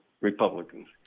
republicans